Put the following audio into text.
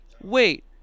wait